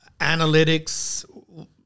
analytics